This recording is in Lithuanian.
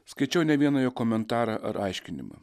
skaičiau ne vieną jo komentarą ar aiškinimą